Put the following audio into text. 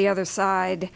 the other side